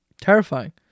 Terrifying